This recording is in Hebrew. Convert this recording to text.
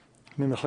שמפרסם.